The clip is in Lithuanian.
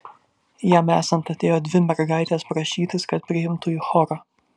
jam esant atėjo dvi mergaitės prašytis kad priimtų į chorą